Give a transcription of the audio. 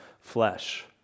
flesh